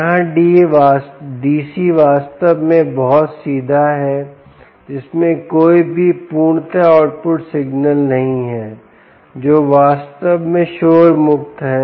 यहाँ DC वास्तव में बहुत सीधा है जिसमें कोई भी पूर्णतया आउटपुट सिग्नल नहीं है जो वास्तव में शोर मुक्त है